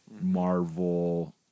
Marvel